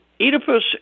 Oedipus